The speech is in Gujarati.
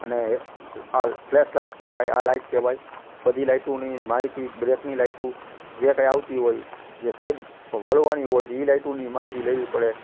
અને આ ફ્લેશ લાઇટ કહેવાય આ લાઇટ કહેવાય બધી લાઇટોની એની માહિતી બ્રેકની લાઇટો જે કંઇ આવતી હોય જે સાઈડ વળવાની હોય એ લાઇટોની માહિતી લેવી પડે